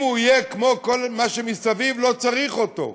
אם הוא יהיה כמו כל מה שמסביב, לא צריך אותו.